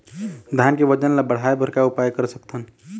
धान के वजन ला बढ़ाएं बर का उपाय कर सकथन?